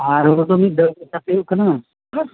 ᱟᱨ ᱦᱳᱲᱳ ᱫᱚ ᱢᱤᱫ ᱫᱷᱟᱣ ᱜᱮ ᱪᱟᱥ ᱦᱩᱭᱩᱜ ᱠᱟᱱᱟ